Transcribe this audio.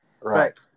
Right